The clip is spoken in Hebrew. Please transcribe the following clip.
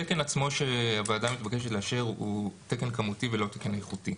התקן עצמו שהוועדה מתבקשת לאשר הוא תקן כמותי ולא תקן איכותי.